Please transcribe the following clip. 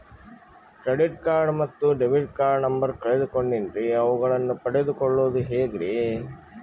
Credit card ಮತ್ತು debit card number ಕಳೆದುಕೊಂಡಿನ್ರಿ ಅವುಗಳನ್ನ ಪಡೆದು ಕೊಳ್ಳೋದು ಹೇಗ್ರಿ?